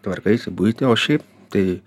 tvarkaisi buitį o šiaip tai